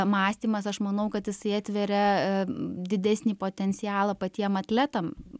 mąstymas aš manau kad jisai atveria didesnį potencialą patiem atletam